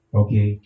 okay